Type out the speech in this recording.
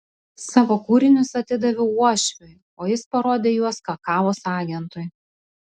savo kūrinius atidaviau uošviui o jis parodė juos kakavos agentui